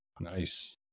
Nice